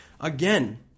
again